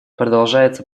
продолжается